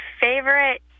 favorite